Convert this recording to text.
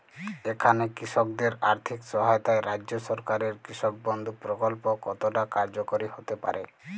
এখানে কৃষকদের আর্থিক সহায়তায় রাজ্য সরকারের কৃষক বন্ধু প্রক্ল্প কতটা কার্যকরী হতে পারে?